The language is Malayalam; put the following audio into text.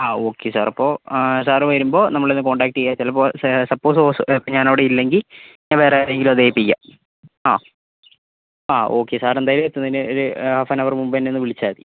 ആ ഓക്കേ സാർ അപ്പോൾ സാർ വരുമ്പോൾ നമ്മളെ ഒന്ന് കോൺടാക്ട് ചെയ്യുക ചിലപ്പോൾ സപ്പോസ് ഇപ്പോൾ ഞാൻ അവിടെ ഇല്ലെങ്കിൽ ഞാൻ വേറെ ആരെയെങ്കിലും അത് ഏൽപ്പിക്കാൻ ആ ആ ഓക്കേ സാറ് എന്തായാലും എത്തുന്നതിന് ഒരു ഹാഫ് ആൻ ഹവർ മുൻപെ എന്നെ ഒന്ന് വിളിച്ചാൽ മതി